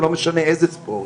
לא משנה איזה ספורט,